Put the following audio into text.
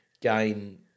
gain